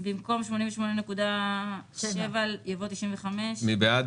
במקום 88.87 יבוא 90%. מי בעד?